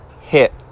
hit